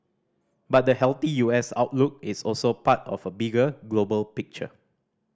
but the healthy U S outlook is also part of a bigger global picture